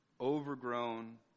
overgrown